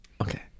Okay